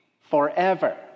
forever